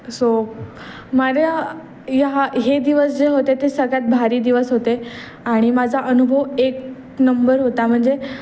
so माझ्या ह्या हे दिवस जे होते ते सगळ्यात भारी दिवस होते आणि माझा अनुभव एक नंबर होता म्हणजे